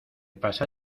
pasa